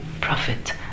Prophet